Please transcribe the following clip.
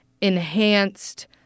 enhanced